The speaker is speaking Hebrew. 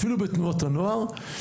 אפילו בתנועות הנוער.